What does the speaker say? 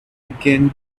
again